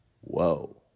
Whoa